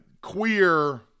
queer